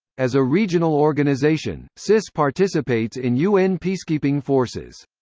as a regional organization, cis participates in un peacekeeping forces.